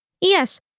Yes